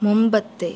മുമ്പത്തെ